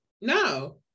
no